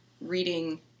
reading